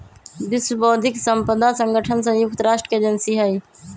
विश्व बौद्धिक साम्पदा संगठन संयुक्त राष्ट्र के एजेंसी हई